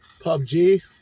PUBG